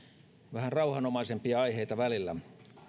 vähän rauhanomaisempia aiheita välillä